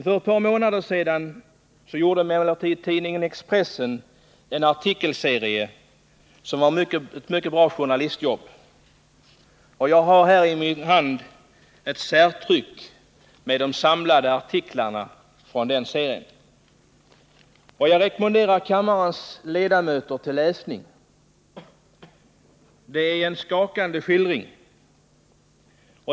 För ett par månader sedan gjorde emellertid tidningen Expressen en artikelserie som var ett mycket bra journalistjobb. Jag har i min hand ett särtryck med de samlade artiklarna som jag rekommenderar kammarens ledamöter att läsa. Det är en skakande skildring.